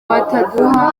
bataduha